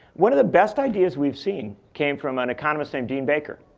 one of the best ideas we've seen came from an economist named dean baker.